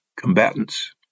combatants